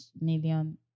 million